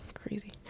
crazy